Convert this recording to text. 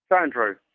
Andrew